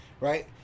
right